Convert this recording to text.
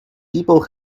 people